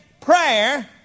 prayer